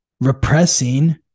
repressing